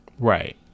Right